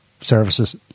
services